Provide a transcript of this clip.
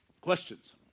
Questions